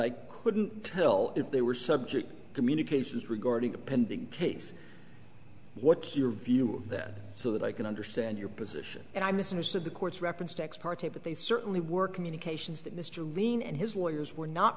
i couldn't tell if they were subject communications regarding the pending case what's your view of this so that i can understand your position and i misunderstood the court's reference to ex parte but they certainly were communications that mr lien and his lawyers were not